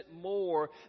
more